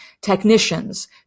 technicians